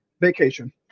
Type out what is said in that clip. vacation